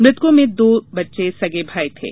मृतकों में दो बच्चे सगे भाई थे